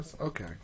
Okay